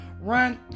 Run